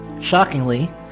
Shockingly